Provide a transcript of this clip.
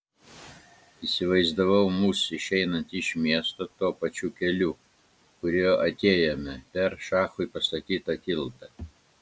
įsivaizdavau mus išeinant iš miesto tuo pačiu keliu kuriuo atėjome per šachui pastatytą tiltą